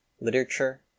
literature